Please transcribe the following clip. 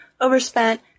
overspent